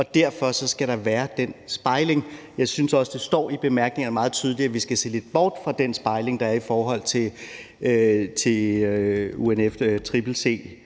Derfor skal der være den spejling. Jeg synes også, der står i bemærkningerne meget tydeligt, at vi skal se lidt bort fra den spejling, der er i forhold til UNFCCC's